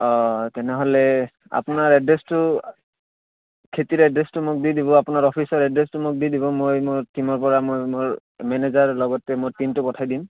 অঁ তেনেহ'লে আপোনাৰ এড্ৰেছটো খেতিৰ এড্ৰেছটো মোক দি দিব আপোনাৰ অফিচৰ এড্ৰেছটো মোক দিব মই মোৰ টীমৰ পৰা মই মোৰ মেনেজাৰ লগতে মোৰ টীমটো মই পঠাই দিম